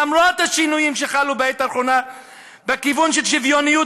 למרות השינויים שחלו בעת האחרונה בכיוון של שוויוניות.